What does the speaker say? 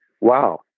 wow